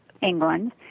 england